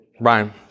Brian